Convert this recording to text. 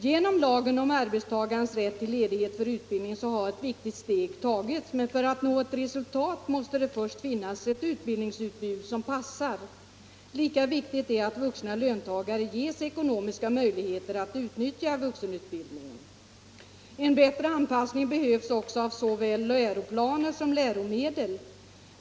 Genom lagen om arbetstagarens rätt till ledighet för utbildning har ett viktigt steg tagits, men för att nå ett resultat måste det först finnas ett utbildningsutbud som passar. Lika viktigt är att vuxna löntagare ges ekonomiska möjligheter att utnyttja vuxenutbildningen. En bättre an passning behövs också av såväl läroplaner som läromedel.